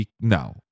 no